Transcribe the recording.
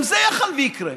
גם זה יכול שיקרה.